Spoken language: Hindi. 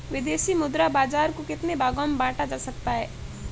विदेशी मुद्रा बाजार को कितने भागों में बांटा जा सकता है?